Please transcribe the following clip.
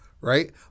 right